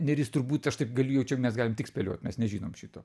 neris turbūt aš taip galiu jau čia mes galim tik spėliot mes nežinom šito